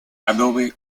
adobe